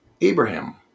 Abraham